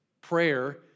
Prayer